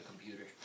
computer